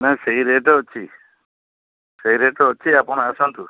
ନା ସେଇ ରେଟ୍ ଅଛି ସେଇ ରେଟ୍ ତ ଅଛି ଆପଣ ଆସନ୍ତୁ